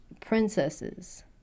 princesses